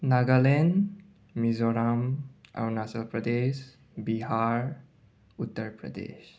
Nagaland Mizoram Arunachal Pradesh Bihar Uttar Pradesh